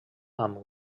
amb